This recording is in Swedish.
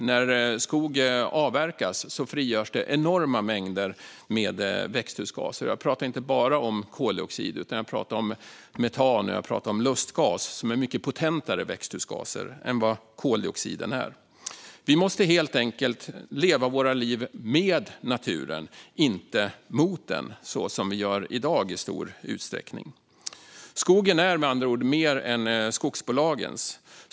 När skog avverkas frigörs det enorma mängder växthusgaser. Jag pratar inte bara om koldioxid, utan jag pratar också om metan och lustgas, som är mycket mer potenta växthusgaser än vad koldioxiden är. Vi måste helt enkelt leva våra liv med naturen, inte mot den, som vi i stor utsträckning gör i dag. Skogen är med andra ord mer än skogsbolagens skog.